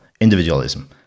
Individualism